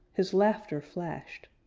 his laughter flashed.